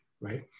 Right